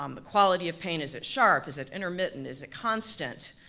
um the quality of pain, is it sharp, is it intermittent, is it constant?